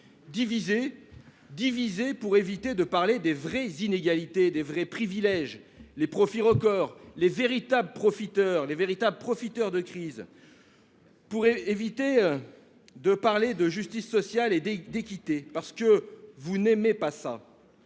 Diviser pour éviter de parler des vraies inégalités, des vrais privilèges, des profits records, des profiteurs de crise. Diviser pour éviter de parler de justice sociale et d'équité, parce que vous n'aimez pas